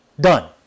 done